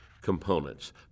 components